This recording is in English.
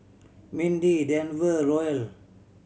Mindy Denver Roel